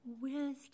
wisdom